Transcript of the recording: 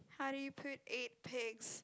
how do you put eight pigs